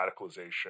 radicalization